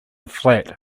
flat